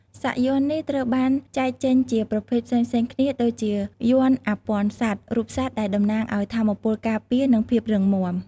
សាកយ័ន្តនេះត្រូវបានចែកចេញជាប្រភេទផ្សេងៗគ្នាដូចជាយ័ន្តអាព័ទ្ធសត្វ រូបសត្វដែលតំណាងឲ្យថាមពលការពារ និងភាពរឹងមាំ។